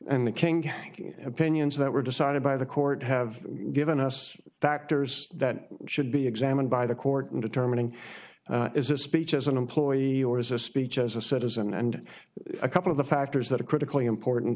and the king opinions that were decided by the court have given us factors that should be examined by the court in determining is that speech as an employee or as a speech as a citizen and a couple of the factors that are critically important